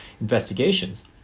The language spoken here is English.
investigations